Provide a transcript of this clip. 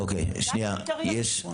זה הקריטריון.